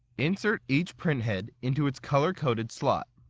insert each print head into its color-coded slot.